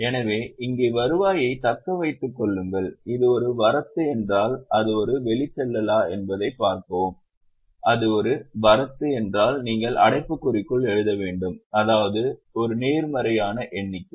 எனவே இங்கே வருவாயைத் தக்க வைத்துக் கொள்ளுங்கள் இது ஒரு வரத்து என்றால் அது ஒரு வெளிச்செல்லா என்பதைப் பார்க்கவும் அது ஒரு வரத்து என்றால் நீங்கள் அடைப்புக்குறிக்குள் எழுத வேண்டும் அதாவது ஒரு நேர்மறையான எண்ணிக்கை